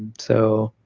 so,